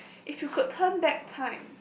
if you could turn back time